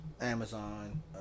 Amazon